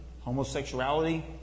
homosexuality